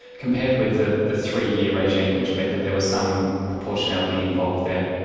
compared with the the three-year regime which meant that there was some proportionality involved there.